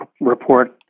Report